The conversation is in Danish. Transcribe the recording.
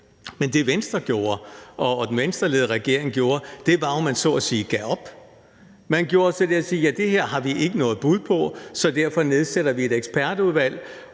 Men det, Venstre og den venstreledede regering gjorde, var jo, at man så at sige gav op. Man gjorde så det, at man sagde: Ja, det her har vi ikke noget bud på, så derfor nedsætter vi et ekspertudvalg.